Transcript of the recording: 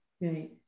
right